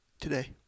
today